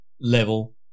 level